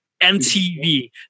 MTV